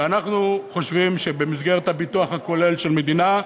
ואנחנו חושבים שבמסגרת הביטוח הכולל של מדינה,